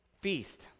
feast